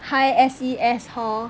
high S_E_S hor